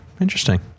Interesting